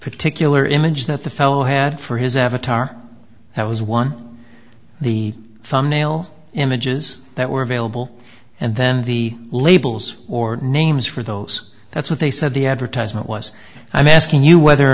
particular image that the fellow had for his avatar that was one of the thumbnail images that were available and then the labels or names for those that's what they said the advertisement was i'm asking you whether or